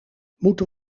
moeten